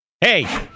Hey